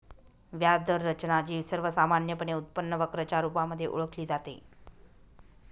व्याज दर रचना, जी सर्वसामान्यपणे उत्पन्न वक्र च्या रुपामध्ये ओळखली जाते